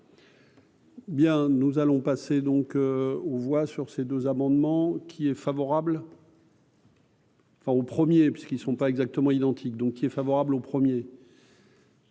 Bien, nous allons passer donc on voit sur ces deux amendements qui est favorable. Enfin au premier puisqu'ils ne sont pas exactement identique, donc il est favorable au premier.